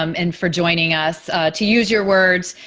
um and for joining us to use your words,